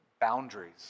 boundaries